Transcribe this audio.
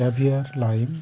caviar lime